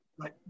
Right